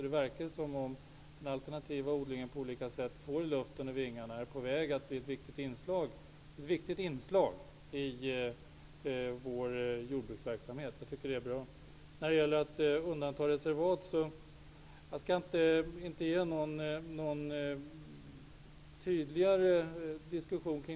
Det verkar som om den alternativa odlingen på olika sätt får luft under vingarna och är på väg att bli ett viktigt inslag i jordbruksverksamheten. Jag tycker att det är bra. När det gäller att undanta reservat skall jag inte gå in i någon tydligare diskussion.